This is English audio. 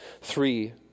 three